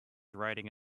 writing